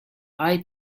eye